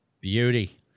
Beauty